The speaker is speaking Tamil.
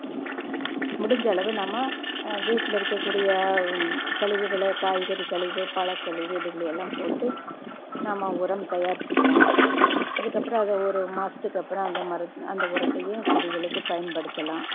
முடிஞ்ச அளவு நம்ம வீட்டில் இருக்கக்கூடிய கழிவுகளை காய்கறி கழிவு பழ கழிவு இதுகளையெல்லாம் போட்டு நம்ம உரம் தயாரிச்சுக்கலாம் அதுக்கப்புறம் அது ஒரு மாதத்துக்கு அப்புறம் அந்த மர அந்த உரத்தையே செடிகளுக்கு பயன்படுத்தலாம்